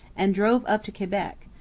and drove up to quebec,